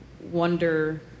wonder